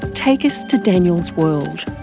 take us to daniel's world.